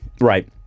right